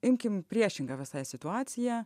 imkim priešingą visai situaciją